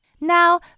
Now